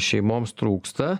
šeimoms trūksta